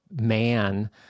man